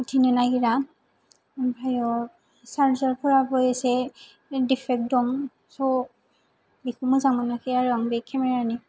ओमफ्राय चार्जारफ्रा एसे इन्डिफारेन्ट स' बेखौ मोजां मोनाखै आरो आं बे केमेरानि